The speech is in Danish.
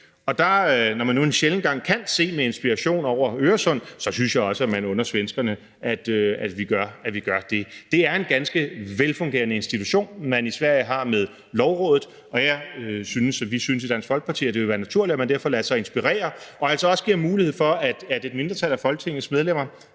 Og når man nu for en sjælden gangs skyld kan finde inspiration på den anden side af Øresund, synes jeg også, man under svenskerne, at vi gør det. Det er en ganske velfungerende institution, man i Sverige har med lovrådet, og jeg synes, og vi synes i Dansk Folkeparti, at det vil være naturligt, at man derfor lader sig inspirere af det og altså også giver den mulighed til et mindretal af Folketingets medlemmer,